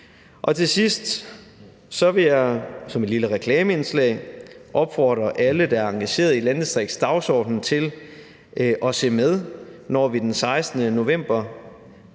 reklameindslag opfordre alle, der er engagerede i landdistriktsdagsordenen, til at se med, når vi den 16. november